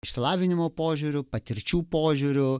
išsilavinimo požiūriu patirčių požiūriu